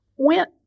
went